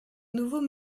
nouveau